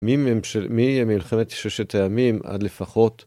ממלחמת ששת הימים עד לפחות